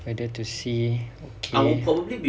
whether to see okay